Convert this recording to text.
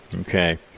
Okay